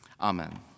Amen